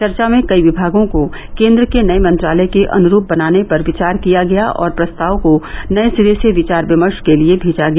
चर्चा में कई विभागों को केन्द्र के नये मंत्रालय के अनुरूप बनाने पर विचार किया गया और प्रस्ताव को नये सिरे से विचार विमर्ष के लिये भेजा गया